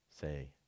say